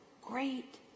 great